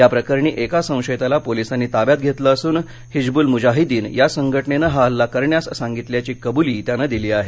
याप्रकरणी एका संशयिताला पोलिसांनी ताब्यात घेतलं असून हिजबूल मुजाहिदीन या संघटनेनं हा हल्ला करण्यास सांगितल्याची कबूली त्यानं दिली आहे